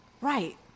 Right